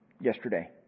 yesterday